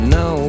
no